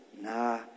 Nah